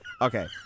Okay